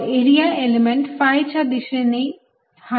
आणि area element phi च्या दिशेने हा इकडे असेल